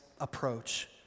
approach